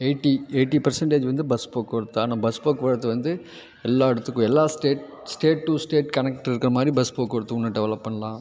eighty eighty percentage வந்து bus போக்குவரத்து ஆனால் பஸ் போக்குவரத்து வந்து எல்லா இடத்துக்கும் எல்லா state state to state connect இருக்கமாதிரி பஸ் போக்குவரத்து இன்னும் டெவலப் பண்ணலாம்